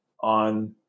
on